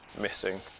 missing